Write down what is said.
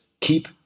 keep